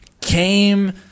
came